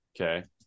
Okay